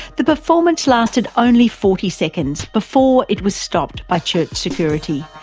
the performance lasted only forty seconds before it was stopped by church security,